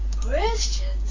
Questions